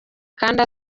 kandi